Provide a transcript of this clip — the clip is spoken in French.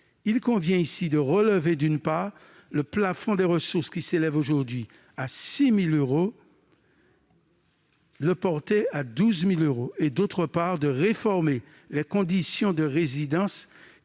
Il convient ici, d'une part, de relever, le plafond des ressources, qui s'élève aujourd'hui à 6 000 euros, pour le porter à 12 000 euros, et, d'autre part, de réformer les conditions de résidence,